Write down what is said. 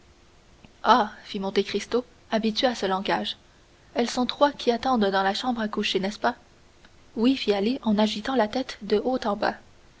fit monte cristo habitué à ce langage elles sont trois qui attendent dans la chambre à coucher n'est-ce pas oui fit ali en agitant la tête de haut en bas